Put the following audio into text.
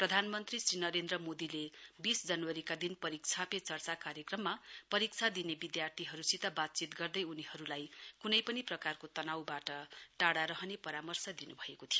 प्रधानमन्त्री श्री नरेन्द्र मोदीले बीस जनवरीका दिन परीक्षा पे चर्चा कार्यक्रममा परीक्षा दिने विधार्थीहरूसित बातचीत गर्दै उनीहरूलाई कुनै पनि प्रकारको तनाववाट टाढ़ा रहने परामर्श दिनुभएको थियो